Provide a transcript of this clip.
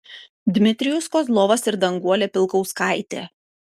dmitrijus kozlovas ir danguolė pilkauskaitė